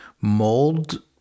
mold